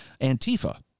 Antifa